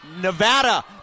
Nevada